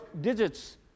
digits